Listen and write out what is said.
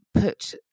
put